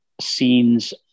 scenes